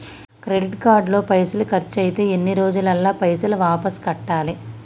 Credit card లో పైసల్ ఖర్చయితే ఎన్ని రోజులల్ల పైసల్ వాపస్ కట్టాలే?